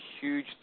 huge